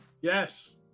Yes